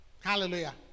Hallelujah